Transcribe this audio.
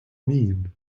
mean